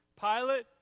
Pilate